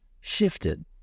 shifted